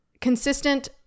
consistent